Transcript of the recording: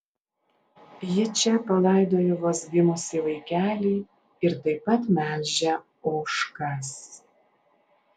ji čia palaidojo vos gimusį vaikelį ir taip pat melžia ožkas